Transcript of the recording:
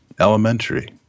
elementary